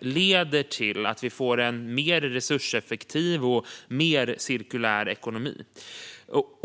leder till att vi får en mer resurseffektiv och cirkulär ekonomi.